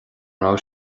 raibh